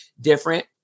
different